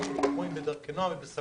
אני נענים בדרכי נועם ובסבלנות.